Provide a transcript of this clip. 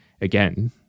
again